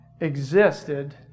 existed